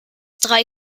drei